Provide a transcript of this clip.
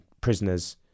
prisoners